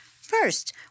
First